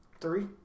three